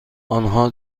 آنها